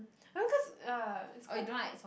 I think cause ya it's quite crow~